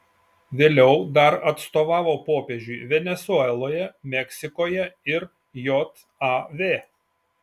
vėliau dar atstovavo popiežiui venesueloje meksikoje ir jav